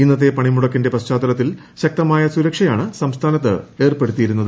ഇന്നത്തെ പണിമുടക്കിന്റെ പശ്ചാത്തലത്തിൽ ശക്തമായ സുരക്ഷയാണ് സംസ്ഥാനത്ത് ഏർപ്പെടുത്തിയിരുന്നത്